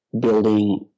building